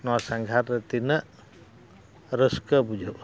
ᱱᱚᱣᱟ ᱥᱟᱸᱜᱷᱟᱨ ᱨᱮ ᱛᱤᱱᱟᱹᱜ ᱨᱟᱹᱥᱠᱟᱹ ᱵᱩᱡᱷᱟᱹᱜᱼᱟ